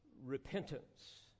repentance